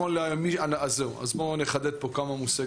אני מזכיר שנכון להיום התנאי להצטרפות